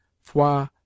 fois